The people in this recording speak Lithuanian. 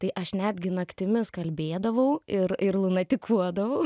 tai aš netgi naktimis kalbėdavau ir ir lunatikuodavau